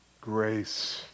grace